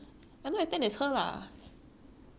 I not as tanned as her lah